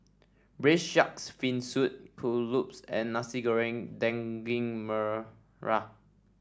Braised Shark Fin Soup Kuih Lopes and Nasi Goreng Daging Merah